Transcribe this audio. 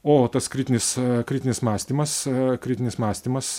o tas kritinis kritinis mąstymas kritinis mąstymas